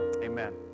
amen